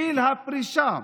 גיל הפרישה.